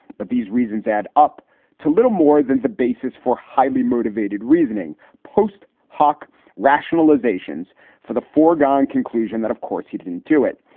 but these reasons add up to little more than the basis for highly motivated reasoning. post hoc rationalizations for the foregone conclusion that, of course, he didn't do it.